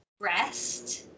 rest